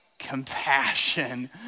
Compassion